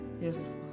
Yes